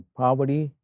poverty